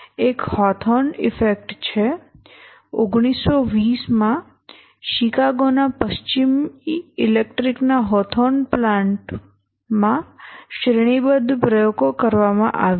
એક Hawthorne effect છે 1920 માં શિકાગોના પશ્ચિમી ઇલેક્ટ્રિક ના હોથોર્ન પ્લાન્ટ માં શ્રેણીબદ્ધ પ્રયોગો કરવામાં આવ્યા